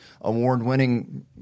award-winning